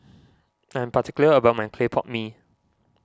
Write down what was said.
I am particular about my Clay Pot Mee